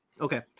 Okay